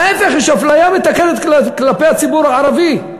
ההפך, יש אפליה מתקנת כלפי הציבור הערבי,